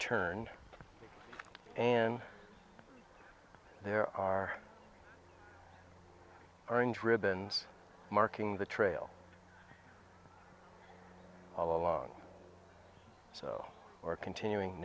turn and there are orange ribbons marking the trail along so or continuing